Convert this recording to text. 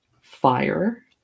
fire